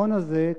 שהתיאטרון הזה,